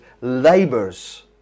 labors